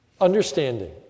understanding